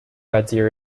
idea